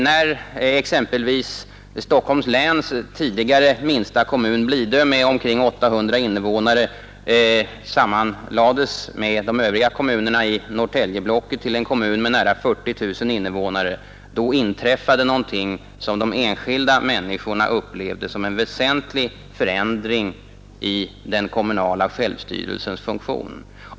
När exempelvis Stockholms läns tidigare minsta kommun, Blidö, med omkring 800 invånare sammanlades med de övriga kommunerna i Norrtäljeblocket till en kommun med nära 40 000 invånare inträffade någonting som de enskilda människorna upplevde som en väsentlig förändring i den kommunala självstyrelsens funktion.